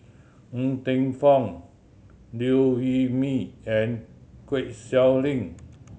Ng Teng Fong Liew Wee Mee and Kwek Siew Lin